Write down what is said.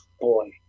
boy